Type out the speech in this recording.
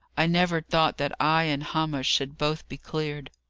i never thought that i and hamish should both be cleared.